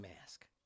mask